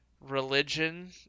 Religion